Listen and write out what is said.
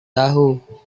tahu